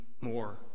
more